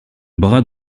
bras